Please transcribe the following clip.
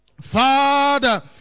Father